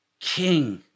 king